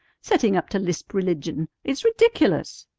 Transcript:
setting up to lisp religion? it's ridiculous!